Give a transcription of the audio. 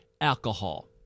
alcohol